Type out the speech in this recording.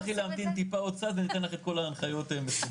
תצטרכי להמתין טיפה עוד קצת וניתן לך את כל ההנחיות מסודר,